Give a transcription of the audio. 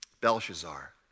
Belshazzar